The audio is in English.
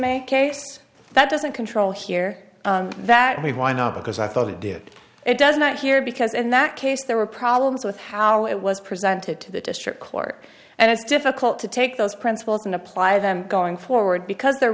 a case that doesn't control here that we why now because i thought it did it does not here because in that case there were problems with how it was presented to the district court and it's difficult to take those principles and apply them going forward because there